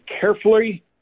carefully